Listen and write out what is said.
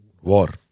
War